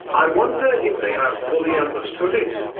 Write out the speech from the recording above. i wonder if they have fully understood it.